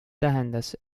tähendas